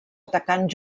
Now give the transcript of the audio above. atacant